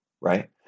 right